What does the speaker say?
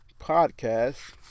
podcast